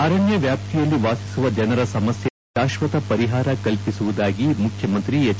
ಅರಣ್ಯ ವ್ಯಾಪ್ತಿಯಲ್ಲಿ ವಾಸಿಸುವ ಜನರ ಸಮಸ್ಠೆ ನಿವಾರಣೆಗೆ ಶಾಶ್ವತ ಪರಿಹಾರ ಕಲ್ಪಿಸುವುದಾಗಿ ಮುಖ್ಯಮಂತ್ರಿ ಹೆಚ್